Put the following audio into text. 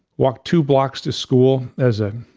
walk two blocks to school as a,